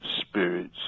spirit's